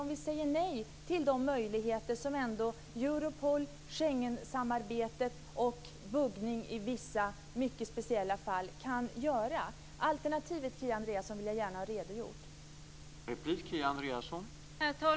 Om vi skulle säga nej till de möjligheter som Europol, Schengensamarbete och buggning i vissa, mycket speciella fall kan göra, vill jag gärna ha en redogörelse för alternativet, Kia Andreasson.